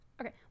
Okay